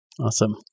Awesome